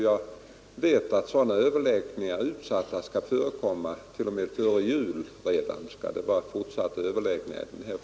Jag vet också att sådana överläggningar är utsatta att äga rum redan före jul.